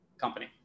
company